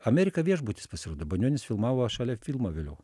amerika viešbutis pasirodo banionis filmavo šalia filmą vėliau